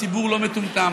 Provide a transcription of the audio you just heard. הציבור לא מטומטם.